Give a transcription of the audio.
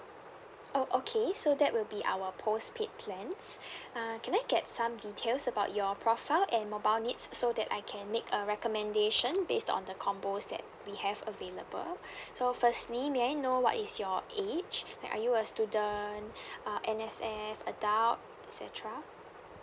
oh okay so that will be our postpaid plans uh can I get some details about your profile and mobile needs so that I can make a recommendation based on the combos that we have available so firstly may I know what is your age and are you a student uh N_S_F adult et cetera